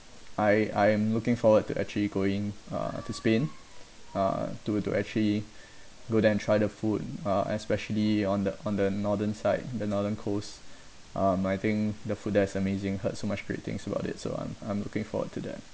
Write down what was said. I I'm looking forward to actually going uh to spain uh to to actually go there and try the food uh especially on the on the northern side the northern coast um I think the food there is amazing heard so much great things about it so I'm I'm looking forward to that